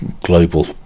global